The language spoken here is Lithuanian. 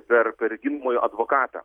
per per ginamojo advokatą